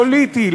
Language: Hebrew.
פוליטי,